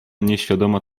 nieświadoma